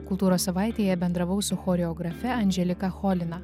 kultūros savaitėje bendravau su choreografe andželika cholina